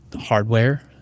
hardware